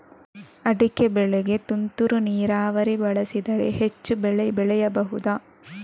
ಅಡಿಕೆ ಬೆಳೆಗೆ ತುಂತುರು ನೀರಾವರಿ ಬಳಸಿದರೆ ಹೆಚ್ಚು ಬೆಳೆ ಬೆಳೆಯಬಹುದಾ?